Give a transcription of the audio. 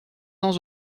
ans